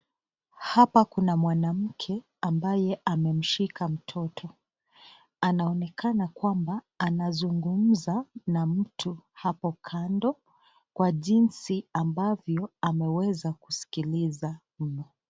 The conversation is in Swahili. Hapa kuna mwanamke ambaye amemshika mtoto, anaonekana kwamba anazungumza na mtu hapo kando, Kwa jinsi ambavyo ameweza kusikiliza mno.